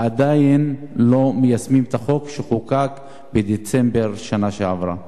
ועדיין לא מיישמים את החוק שחוקק בדצמבר בשנה שעברה.